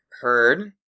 heard